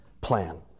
plan